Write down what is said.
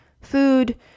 food